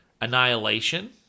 Annihilation